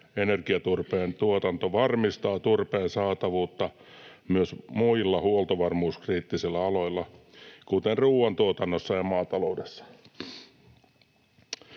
Energiaturpeen tuotanto varmistaa turpeen saatavuutta myös muilla huoltovarmuuskriittisillä aloilla, kuten ruuantuotannossa ja maataloudessa.